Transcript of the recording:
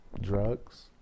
drugs